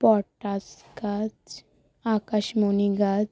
পটাস গাছ আকাশমণি গাছ